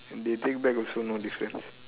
they take back also no difference